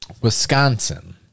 wisconsin